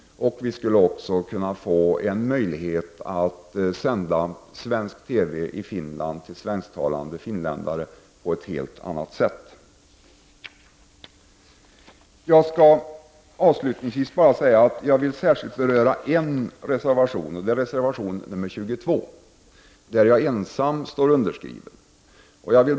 Vi skulle också få möjlighet att sända svensk TV i Finland för svensktalande finländare på ett helt annat sätt. Avslutningsvis vill jag beröra en reservation, nämligen reservation nr 22. Jag är där ensam reservant.